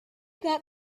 got